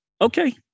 Okay